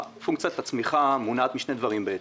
פונקציית הצמיחה מונעת משני דברים בעצם,